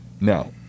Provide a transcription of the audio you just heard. Now